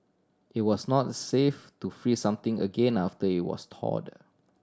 it was not safe to freeze something again after it was thawed